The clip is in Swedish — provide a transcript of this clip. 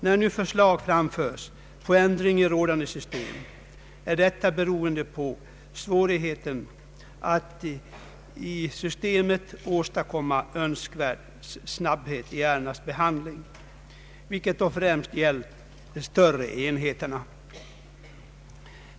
När förslag nu framförs om ändring i rådande system, beror detta på svårigheten att i systemet åstadkomma önskvärd snabbhet i ärendenas behandling, vilket då främst gällt de större enheterna.